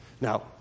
now